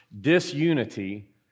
disunity